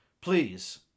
please